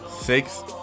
Six